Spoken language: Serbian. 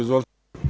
Izvolite.